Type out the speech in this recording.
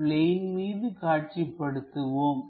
plane மீது காட்சிப்படுத்துவோம்